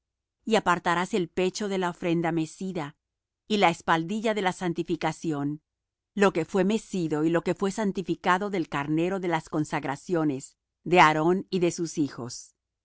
y apartarás el pecho de la ofrenda mecida y la espaldilla de la santificación lo que fue mecido y lo que fue santificado del carnero de las consagraciones de aarón y de sus hijos